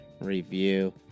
review